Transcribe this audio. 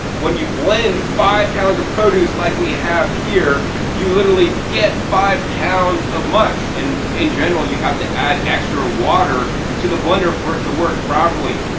when you blend five pounds of produce like we have here, you literally get five pounds of mush, and in general you'd have to add extra water to the blender for it to work properly.